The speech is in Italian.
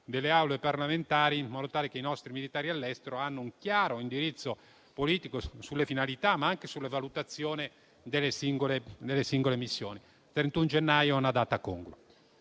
delle Assemblee parlamentari, in modo tale che i nostri militari all'estero abbiano un chiaro indirizzo politico sulle finalità, ma anche sulla valutazione delle singole missioni. Il 31 gennaio è una data congrua.